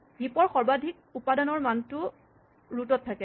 heap ৰ সৰ্বাধিক উপাদানৰ মানটো ৰোট ত থাকে